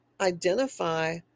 identify